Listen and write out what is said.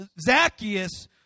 Zacchaeus